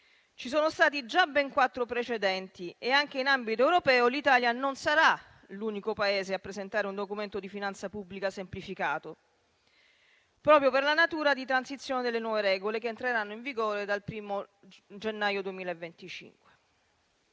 ci sono stati già ben quattro precedenti e anche in ambito europeo l'Italia non sarà l'unico Paese a presentare un Documento di finanza pubblica semplificato, proprio per la natura di transizione delle nuove regole, che entreranno in vigore dal 1° gennaio 2025.